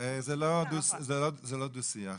זה לא דוח שיח.